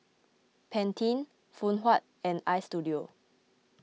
Pantene Phoon Huat and Istudio